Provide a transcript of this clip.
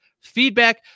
feedback